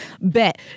bet